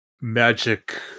Magic